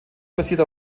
basiert